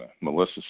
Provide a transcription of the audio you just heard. Melissa